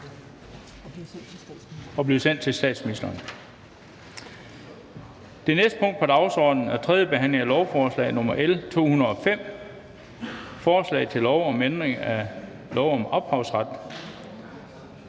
Det er vedtaget. --- Det næste punkt på dagsordenen er: 56) 1. behandling af lovforslag nr. L 235: Forslag til lov om ændring af lov om